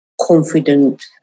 confident